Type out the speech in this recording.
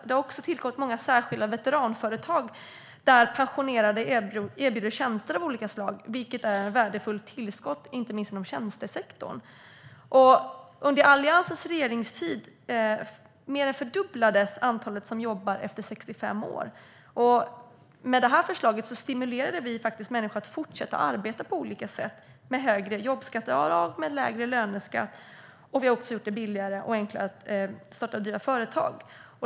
Det har också tillkommit många särskilda veteranföretag, där pensionerade erbjuder tjänster av olika slag, vilket är ett värdefullt tillskott inte minst inom tjänstesektorn. Under Alliansens regeringstid mer än fördubblades antalet personer som jobbar efter 65 år. Med det här förslaget stimulerade vi människor att fortsätta arbeta med högre jobbskatteavdrag och med lägre löneskatt. Vi gjorde det också billigare och enklare att starta och driva företag.